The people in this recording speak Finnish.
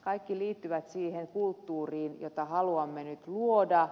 kaikki liittyvät siihen kulttuuriin jota haluamme nyt luoda